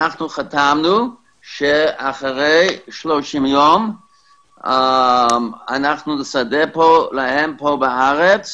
אנחנו חתמנו שאחרי 30 יום אנחנו נסדר להם פה בארץ